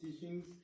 teachings